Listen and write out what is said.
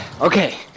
Okay